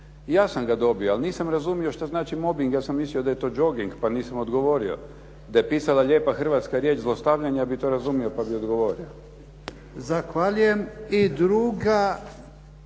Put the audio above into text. Ja sam ga dobio, ali nisam razumio što znači mobing, ja sam mislio da je to jogging, pa nisam odgovorio. Da je pisala lijepa hrvatska riječ zlostavljanje, ja bih to razumio pa bih odgovorio.